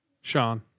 Sean